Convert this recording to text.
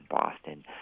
Boston